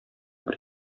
бер